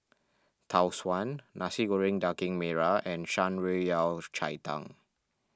Tau Suan Nasi Goreng Daging Merah and Shan Rui Yao Cai Tang